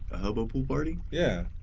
a hobo pool party? yeah